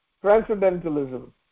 transcendentalism